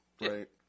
right